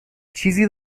چیزی